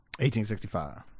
1865